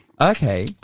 Okay